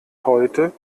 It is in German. heute